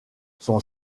son